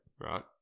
Right